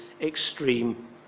extreme